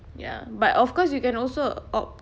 ya but of course you can also opt